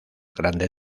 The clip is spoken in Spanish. grandes